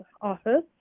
office